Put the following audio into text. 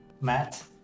Matt